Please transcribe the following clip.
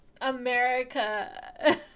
America